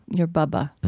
your bubbeh,